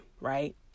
right